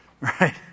right